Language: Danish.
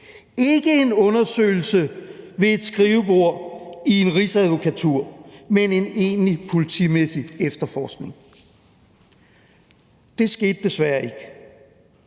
af en undersøgelse ved et skrivebord i en rigsadvokatur, men en egentlig politimæssig efterforskning. Det skete desværre ikke,